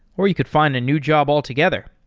or you could find a new job altogether.